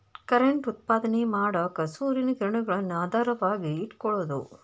current ಉತ್ಪಾದನೆ ಮಾಡಾಕ ಸೂರ್ಯನ ಕಿರಣಗಳನ್ನ ಆಧಾರವಾಗಿ ಇಟಕೊಳುದು